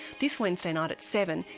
this wednesday night at seven,